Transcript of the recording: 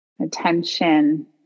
attention